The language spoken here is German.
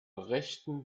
rechten